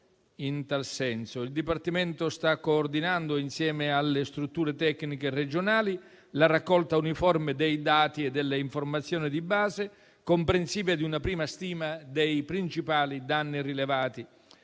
Il Dipartimento sta coordinando, insieme alle strutture tecniche regionali, la raccolta uniforme dei dati e delle informazioni di base, comprensiva di una prima stima dei principali danni rilevati